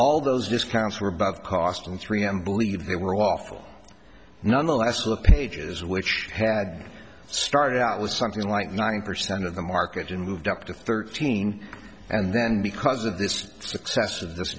all those discounts were about cost and three m believe they were awful nonetheless the pages which had started out with something like nine percent of the market and moved up to thirteen and then because of this success